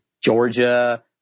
Georgia